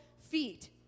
feet